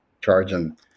charging